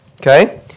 Okay